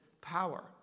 power